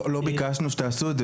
לא ביקשנו שתעשו את זה.